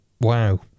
Wow